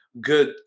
Good